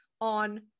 on